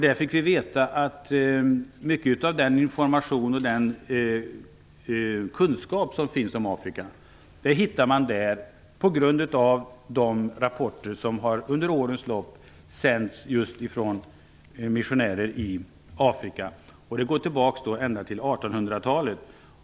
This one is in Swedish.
Där fick vi veta att mycket av den information och kunskap som finns om Afrika bygger på de rapporter som under årens lopp har sänts från missionärer i Afrika. De går tillbaka ända till 1800-talet.